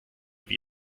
wie